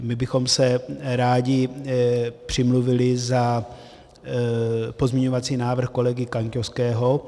My bychom se rádi přimluvili za pozměňovací návrh kolegy Kaňkovského.